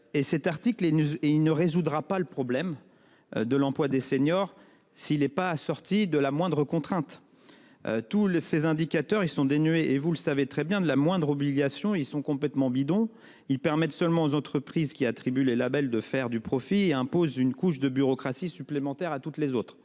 est et il ne résoudra pas le problème. De l'emploi des seniors s'il est pas sorti de la moindre contrainte. Tous les ces indicateurs ils sont dénuées et vous le savez très bien de la moindre obligation ils sont complètement bidons. Ils permettent seulement aux entreprises qui attribue les labels de faire du profit et impose une couche de bureaucratie supplémentaire à toutes les autres.